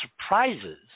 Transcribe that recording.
surprises